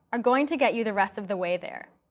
are going to get you the rest of the way there,